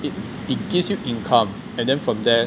it it gives you income and then from there